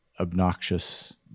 obnoxious